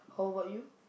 how about you